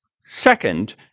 Second